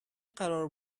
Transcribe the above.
قرار